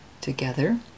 together